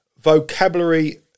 vocabulary